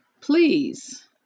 Please